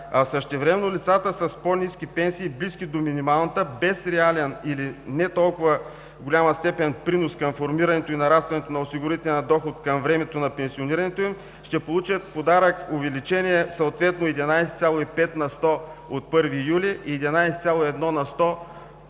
същевременно лицата с по-ниски пенсии, близки до минималната, без реален или в не толкова голяма степен принос към формирането и нарастването на осигурителния доход към времето на пенсионирането им, ще получат подарък – увеличение, съответно 11,5 на сто от 1 юли и 11,1 на сто